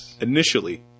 initially